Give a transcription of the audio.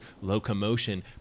locomotion